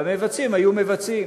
והמבצעים היו מבצעים.